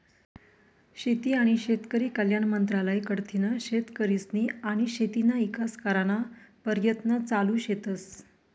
शेती आनी शेतकरी कल्याण मंत्रालय कडथीन शेतकरीस्नी आनी शेतीना ईकास कराना परयत्न चालू शेतस